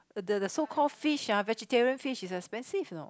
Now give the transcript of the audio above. the the so called fish uh vegetarian fish is expensive you know